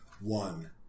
One